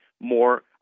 more